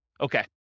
Okay